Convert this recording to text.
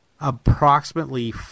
approximately